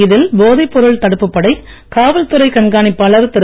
இதில் போதைப் பொருள் தடுப்புப் படை காவல்துறை கண்காணிப்பாளர் திரு